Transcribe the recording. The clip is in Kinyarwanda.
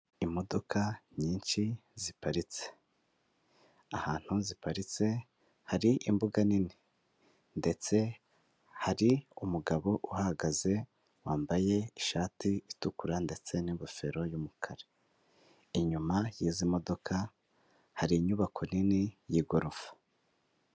Imodoka nyinshi ziparitse, ahantu ziparitse hari imbuga nini ndetse hari umugabo uhagaze wambaye ishati itukura ndetse n'ingofero y'umukara. Inyuma y'izi modoka hari inyubako nini y'igorofa.